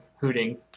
hooting